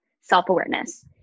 self-awareness